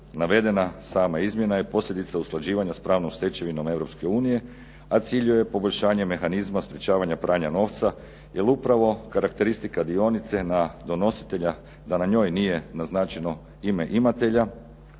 Navedena sama izmjena je posljedica usklađivanja s pravnom stečevinom EU, a cilj joj je poboljšavanje mehanizma sprečavanja pranja novca jer upravo karakteristika dionice na donositelja da na njoj nije naznačeno ime imatelja